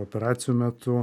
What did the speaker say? operacijų metu